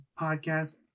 Podcast